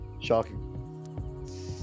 Shocking